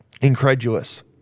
Incredulous